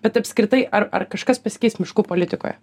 bet apskritai ar ar kažkas pasikeis miškų politikoje